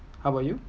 how about you